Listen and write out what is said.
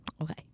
Okay